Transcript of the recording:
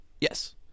Yes